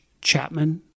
Chapman